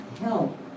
help